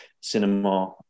cinema